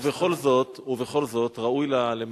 ובכל זאת ראוי לה,